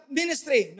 ministry